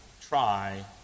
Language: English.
try